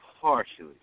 partially